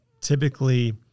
typically